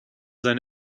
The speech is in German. sein